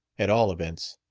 at all events